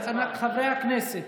חברי הכנסת,